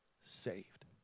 saved